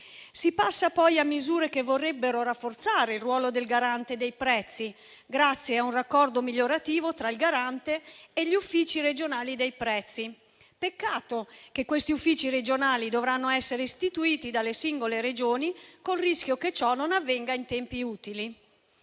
Si passa poi a misure che vorrebbero rafforzare il ruolo del garante dei prezzi grazie a un raccordo migliorativo tra il garante e gli uffici regionali dei prezzi. Peccato che questi uffici regionali dovranno essere istituiti dalle singole Regioni, col rischio che ciò non avvenga in tempi utili.